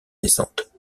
descente